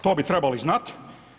To bi trebali znat.